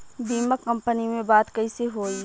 बीमा कंपनी में बात कइसे होई?